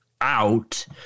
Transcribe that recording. out